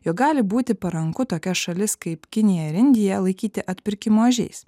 jog gali būti paranku tokias šalis kaip kinija ir indija laikyti atpirkimo ožiais